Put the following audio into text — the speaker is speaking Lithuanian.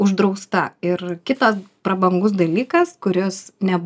uždrausta ir kitas prabangus dalykas kuris ne